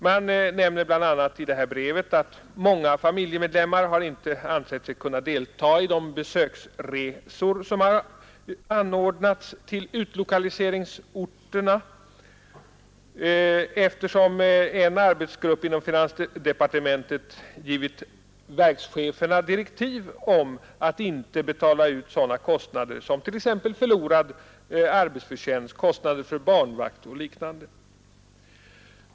Man nämner bl.a. att många familjemedlemmar icke har ansett sig kunna delta i de besöksresor som anordnats till utlokaliseringsorten, emedan en arbetsgrupp inom finansdepartementet givit verkscheferna direktiv om att ej betala sådana kostnader som t.ex. förlorad arbetsförtjänst, barnvakt osv.